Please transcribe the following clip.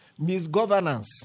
misgovernance